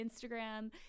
Instagram